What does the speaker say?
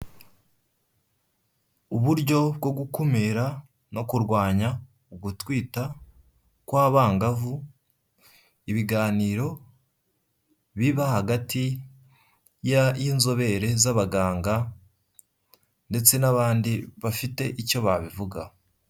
Uburyo bwo gukumira no kurwanya ugutwita kw'abangavu, ibiganiro biba hagati y y'inzobere z'abaganga ndetse n'abandi bafite icyo babivugaho.